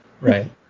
Right